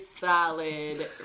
solid